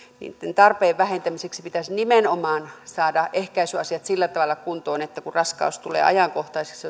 tarpeen vähentämiseksi pitäisi nimenomaan saada ehkäisyasiat sillä tavalla kuntoon että kun raskaus tulee ajankohtaiseksi